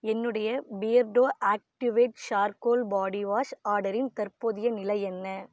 என்னுடைய Beardo activated charcoal body wash ஆர்டரின் தற்போதைய நிலை என்ன